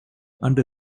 under